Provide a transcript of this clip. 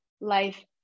life